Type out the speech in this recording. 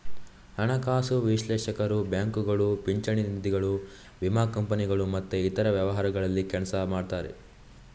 ಹಣಕಾಸು ವಿಶ್ಲೇಷಕರು ಬ್ಯಾಂಕುಗಳು, ಪಿಂಚಣಿ ನಿಧಿಗಳು, ವಿಮಾ ಕಂಪನಿಗಳು ಮತ್ತೆ ಇತರ ವ್ಯವಹಾರಗಳಲ್ಲಿ ಕೆಲಸ ಮಾಡ್ತಾರೆ